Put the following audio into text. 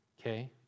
okay